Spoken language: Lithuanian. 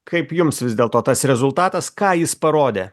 kaip jums vis dėl to tas rezultatas ką jis parodė